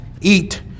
eat